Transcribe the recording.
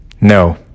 No